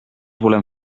volem